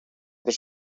però